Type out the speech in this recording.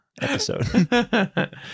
episode